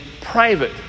private